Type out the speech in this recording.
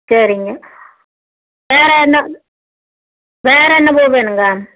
சரிங்க வேறு என்ன வேறு என்ன பூ வேணும்ங்க